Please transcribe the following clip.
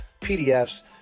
PDFs